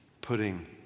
putting